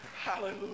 hallelujah